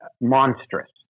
monstrous